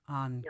on